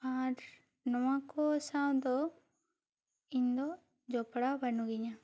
ᱟᱨ ᱱᱚᱣᱟ ᱠᱚ ᱥᱟᱶ ᱫᱚ ᱤᱧ ᱫᱚ ᱡᱚᱯᱲᱟᱣ ᱵᱟᱱᱩᱜᱤᱧᱟ